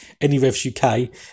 AnyRevsUK